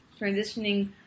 transitioning